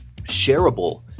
shareable